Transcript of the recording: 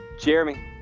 Jeremy